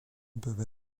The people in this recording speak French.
peuvent